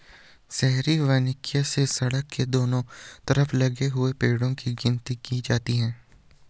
शहरी वानिकी से सड़क के दोनों तरफ लगे हुए पेड़ो की गिनती की जाती है